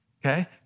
okay